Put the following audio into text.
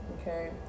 okay